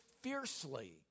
fiercely